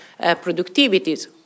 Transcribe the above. productivities